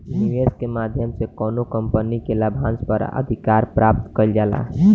निवेस के माध्यम से कौनो कंपनी के लाभांस पर अधिकार प्राप्त कईल जाला